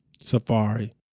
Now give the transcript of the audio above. safari